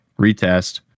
retest